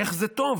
איך זה טוב?